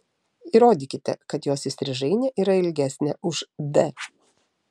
įrodykite kad jos įstrižainė yra ilgesnė už d